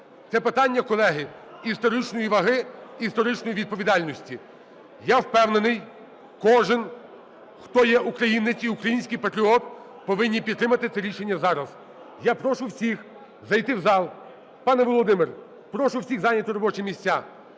Це питання, колеги, історичної ваги і історичної відповідальності. Я впевнений, кожен, хто є українець і український патріот, повинні підтримати це рішення зараз. Я прошу всіх зайти в зал. Пане Володимир! Прошу всіх зайняти робочі місця.